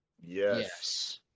Yes